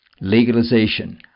legalization